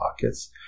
pockets